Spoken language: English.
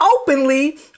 openly